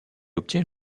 obtient